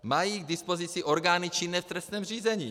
Mají ji k dispozici orgány činné v trestním řízení.